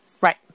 right